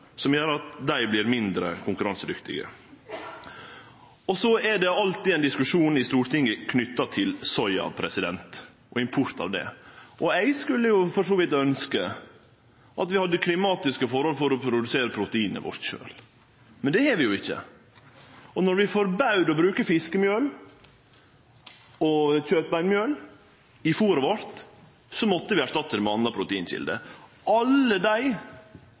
som gjer at dei vert mindre konkurransedyktige? Og så er det alltid ein diskusjon i Stortinget knytt til soya og import av det. Eg skulle for så vidt ønskje at vi hadde klimatiske forhold til å produsere proteinet vårt sjølve – men det har vi jo ikkje. Når vi forbaud å bruke fiskemjøl og kjøtbeinmjøl i fôret vårt, måtte vi erstatte det med ei anna proteinkjelde. Alle dei